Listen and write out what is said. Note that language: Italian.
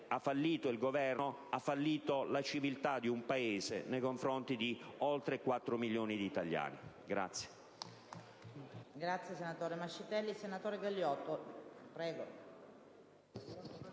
ha fallito il Governo e ha fallito la civiltà di questo Paese nei confronti di oltre 4 milioni di italiani.